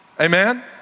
amen